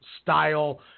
style